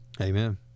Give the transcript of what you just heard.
Amen